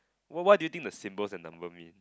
what what do you think the symbols and number mean